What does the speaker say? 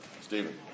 Stephen